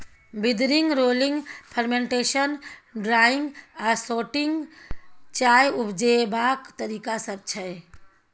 withering, rolling, fermentation, drying आ sorting चाय उपजेबाक तरीका सब छै